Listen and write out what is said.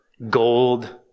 Gold